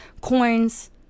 coins